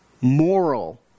moral